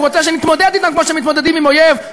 והוא רוצה שנתמודד אתם כמו שמתמודדים עם אויב,